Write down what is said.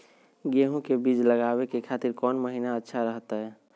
गेहूं के बीज लगावे के खातिर कौन महीना अच्छा रहतय?